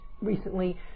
recently